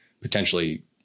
potentially